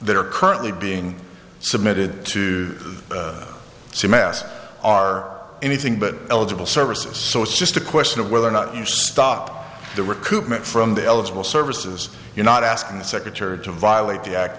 that are currently being submitted to see mass are anything but eligible services so it's just a question of whether or not you stop the recoupment from the eligible services you're not asking the secretary to violate the act